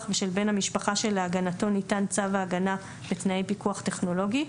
ושל בן המשפחה שלהגנתו ניתן צו ההגנה בתנאי פיקוח טכנולוגי,